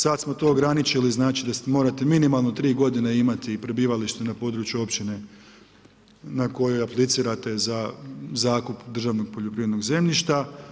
Sad smo to ograničili, znači da morate minimalno imati prebivalište na području općine na kojoj aplicirate za zakup državnog poljoprivrednog zemljišta.